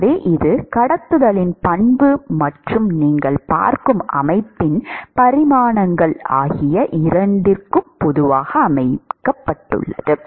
எனவே இது கடத்துதலின் பண்பு மற்றும் நீங்கள் பார்க்கும் அமைப்பின் பரிமாணங்கள் ஆகிய இரண்டும் ஆகும்